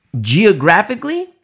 geographically